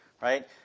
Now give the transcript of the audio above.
right